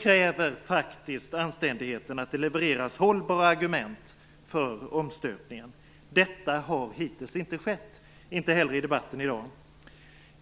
kräver faktiskt anständigheten att det levereras hållbara argument för omstöpningen. Detta har hittills inte skett, och inte heller i debatten i dag.